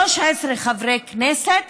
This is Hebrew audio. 13 חברי כנסת,